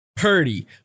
Purdy